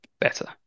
better